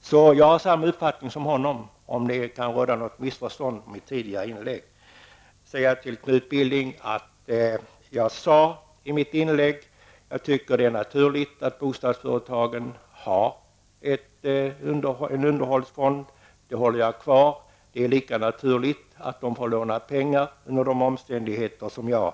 För att det inte skall råda något missförstånd om vad jag sade i mitt tidigare inlägg vill jag säga att jag har samma uppfattning som han. I mitt anförande sade jag att det är naturligt att bostadsföretagen har en underhållsfond, Knut Billing. Den uppfattningen står jag fast vid. Det är lika naturligt att de har lånat pengar med tanke på de omständigheter som råder.